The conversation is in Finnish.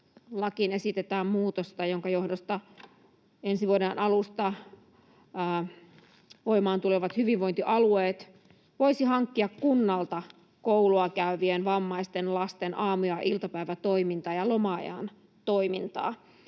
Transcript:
lakiin esitetään muutosta, jonka johdosta ensi vuoden alusta voimaan tulevat hyvinvointialueet voisivat hankkia kunnalta koulua käyvien vammaisten lasten aamu- ja iltapäivätoimintaa ja loma-ajan toimintaa,